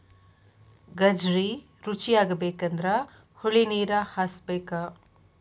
ಗಜ್ರಿ ರುಚಿಯಾಗಬೇಕಂದ್ರ ಹೊಳಿನೇರ ಹಾಸಬೇಕ